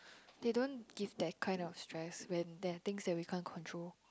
they don't give that kind of stress when there are things that we can't control